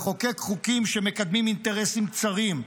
לחוקק חוקים שמקדמים אינטרסים צרים,